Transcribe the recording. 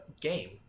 game